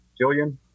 Jillian